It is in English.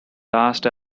last